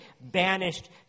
banished